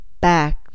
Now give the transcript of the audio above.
back